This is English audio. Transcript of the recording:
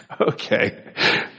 Okay